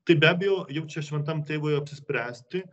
tai be abejo jau čia šventam tėvui apsispręsti